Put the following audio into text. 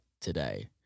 today